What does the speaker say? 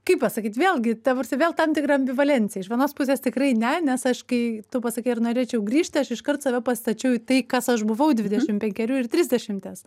kaip pasakyt vėlgi ta prasme vėl tam tikra ambivalencija iš vienos pusės tikrai ne nes aš kai tu pasakei ar norėčiau grįžti aš iškart save pastačiau į tai kas aš buvau dvidešim penkerių ir trisdešimties